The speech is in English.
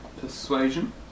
Persuasion